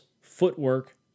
footwork